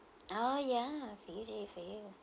oh ya fiji for you